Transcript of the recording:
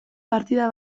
partida